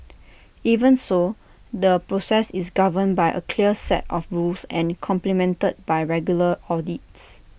even so the process is governed by A clear set of rules and complemented by regular audits